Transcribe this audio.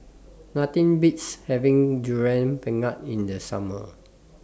Nothing Beats having Durian Pengat in The Summer